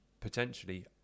potentially